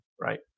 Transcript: right